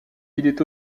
est